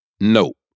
nope